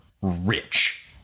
Rich